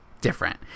different